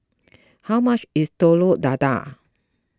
how much is Telur Dadah